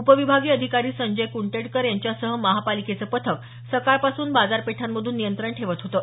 उपविभागीय अधिकारी संजय कंडेटकर यांच्यासह महापालिकेचं पथक सकाळपासून बाजारपेठांमधून नियंत्रण ठेवत होतं